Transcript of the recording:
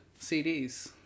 CDs